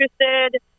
interested